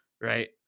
right